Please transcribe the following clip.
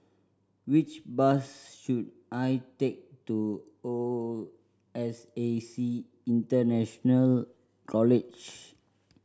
which bus should I take to O S A C International College